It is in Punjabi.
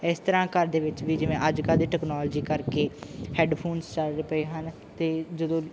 ਇਸ ਤਰ੍ਹਾਂ ਘਰ ਦੇ ਵਿੱਚ ਵੀ ਜਿਵੇਂ ਅੱਜ ਕੱਲ੍ਹ ਦੀ ਟੈਕਨੋਲਜੀ ਕਰਕੇ ਹੈੱਡਫੋਨ ਚੱਲਦੇ ਪਏ ਹਨ ਅਤੇ ਜਦੋਂ